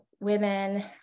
women